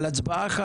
על הצבעה אחת.